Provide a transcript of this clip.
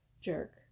jerk